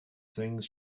things